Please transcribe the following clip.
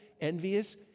envious